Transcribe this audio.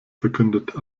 verkündet